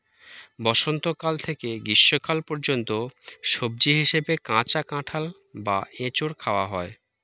বসন্তকাল থেকে গ্রীষ্মকাল পর্যন্ত সবজি হিসাবে কাঁচা কাঁঠাল বা এঁচোড় খাওয়া হয়